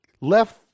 left